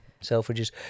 Selfridges